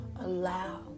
allow